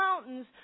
mountains